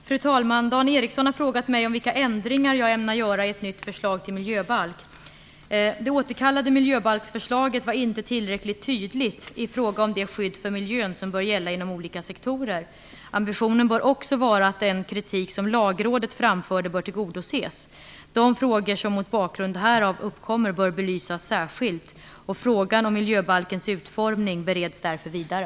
Fru talman! Dan Ericsson har frågat mig om vilka ändringar jag ämnar göra i ett nytt förslag till miljöbalk. Det återkallade miljöbalksförslaget var inte tillräckligt tydligt i fråga om det skydd för miljön som bör gälla inom olika sektorer. Ambitionen bör också vara att den kritik som Lagrådet framförde bör tillgodoses. De frågor som mot bakgrund härav uppkommer bör belysas särskilt. Frågan om miljöbalkens utformning bereds därför vidare.